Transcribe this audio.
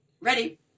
ready